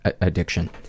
addiction